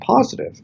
positive